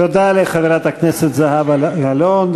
תודה לחברת הכנסת זהבה גלאון,